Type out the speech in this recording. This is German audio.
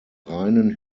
reinen